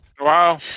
Wow